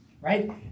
right